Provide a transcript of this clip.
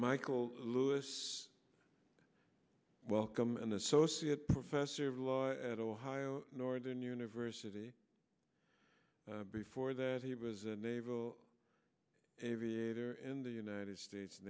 michael lewis welcome an associate professor of law at ohio northern university before that he was a naval aviator in the united states